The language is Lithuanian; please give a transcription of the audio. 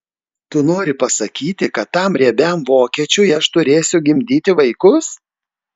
tu nori pasakyti kad tam riebiam vokiečiui aš turėsiu gimdyti vaikus